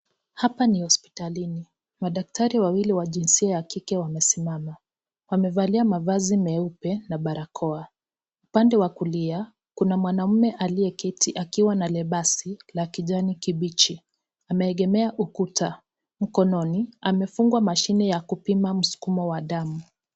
Hapa ni hospitalini, madaktari wawili wa jinsia ya kike wamesimama, wamevalia mavazi meupe na barakoa. Upande wa kulia kuna mwanamme aliyeketi akiwa na lebasi la kijani kibichi, ameegemea ukuta, mkononi amefungwa mashine ya kupima msukumo wa damu.